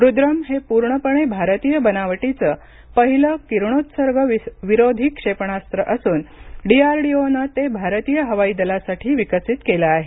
रुद्रम हे पूर्णपणे भारतीय बनावटीचं पहिलं किरणोत्सर्गविरोधी क्षेपणास्त्र असून डीआरडोनं ते भारतीय हवाई दलासाठी विकसित केलं आहे